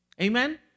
Amen